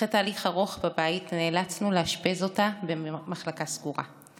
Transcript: אחרי תהליך ארוך בבית נאלצנו לאשפז אותה במחלקה סגורה.